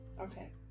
Okay